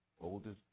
oldest